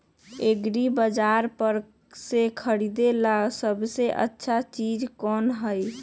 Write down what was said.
एग्रिबाजार पर से खरीदे ला सबसे अच्छा चीज कोन हई?